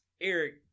Eric